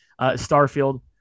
Starfield